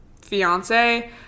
fiance